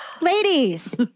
Ladies